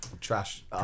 Trash